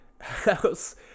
House